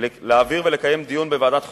להעביר ולקיים דיון בוועדת חוקה,